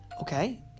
Okay